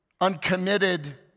uncommitted